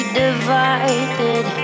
divided